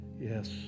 yes